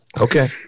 okay